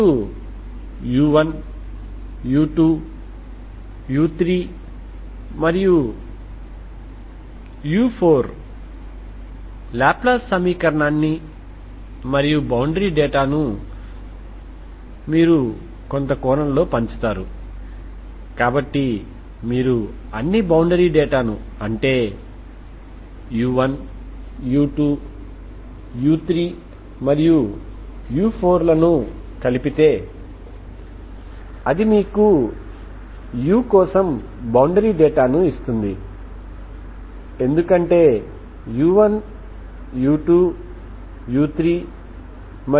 ఇప్పుడు ఇతర boundary condition XL0ను వర్తింపజేయండి మీరు ఇలా చేస్తే మీకు XL2μc1sinh μL 0 లభిస్తుంది ఇప్పుడు ఇది c10 అని సూచిస్తుంది